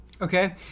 okay